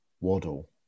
Waddle